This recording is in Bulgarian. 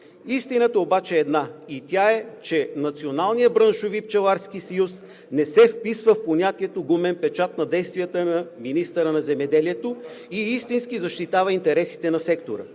Истината обаче е една и тя е, че Националният браншови пчеларски съюз не се вписва в понятието „гумен печат“ на действията на министъра на земеделието и истински защитава интересите на сектора.